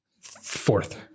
Fourth